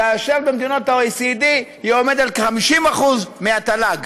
כאשר במדינות ה-OECD היא עומדת על כ-50% מהתל"ג.